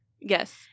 Yes